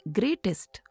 greatest